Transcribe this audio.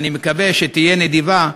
ואני מקווה שתהיה נדיבה,